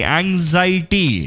anxiety